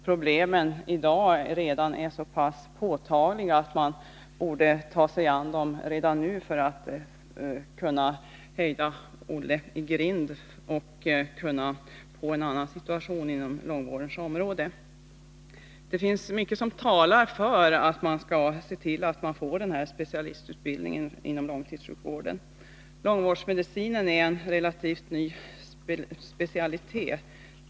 Problemen är redan i dag så påtagliga att man genast borde försöka mota Olle i grind för att få till stånd en annan situation inom långvårdens område. Det finns mycket som talar för att man skall få till stånd en specialistutbildning inom långtidssjukvården. Långvårdsmedicinen är en relativt ny specialitet.